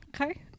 okay